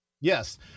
Yes